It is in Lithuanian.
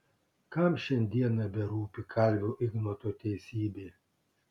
kam šiandieną berūpi kalvio ignoto teisybė